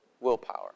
willpower